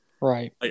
Right